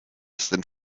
sind